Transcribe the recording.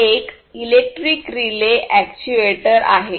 हा एक electric relay actuator आहे